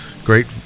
great